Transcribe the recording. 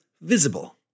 visible